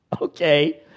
Okay